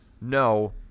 no